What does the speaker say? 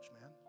man